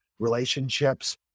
Relationships